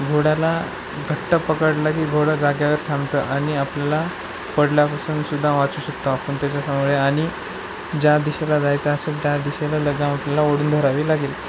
घोड्याला घट्ट पकडलं की घोडं जाग्यावर थांबतं आणि आपल्याला पडल्यापासूनसुद्धा वाचू शकतो आपण त्याच्यामुळे आणि ज्या दिशेला जायचं असेल त्या दिशेला लगाम आपल्याला ओढून धरावी लागेल